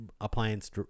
appliance